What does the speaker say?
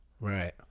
Right